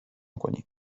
کنیم